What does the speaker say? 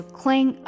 clean